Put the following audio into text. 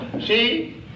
See